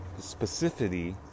specificity